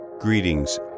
Greetings